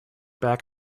back